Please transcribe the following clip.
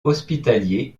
hospitaliers